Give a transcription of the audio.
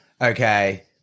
Okay